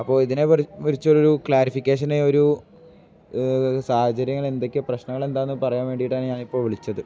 അപ്പോൾ ഇതിനെ കുറിച്ചു ഒരു ക്ലാരിഫിക്കേഷൻ ഒരു സാഹചര്യങ്ങൾ എന്തൊക്കെയാണ് പ്രശ്നങ്ങൾ എന്താണെന്ന് പറയാൻ വേണ്ടിയിട്ടാണ് ഞാൻ ഇപ്പോൾ വിളിച്ചത്